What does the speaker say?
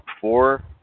four